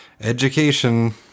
education